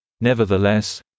Nevertheless